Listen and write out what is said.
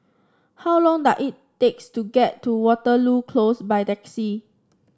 how long does it takes to get to Waterloo Close by taxi